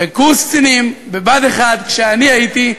בקורס קצינים בבה"ד 1, כשאני הייתי,